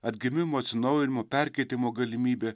atgimimo atsinaujinimo perkeitimo galimybė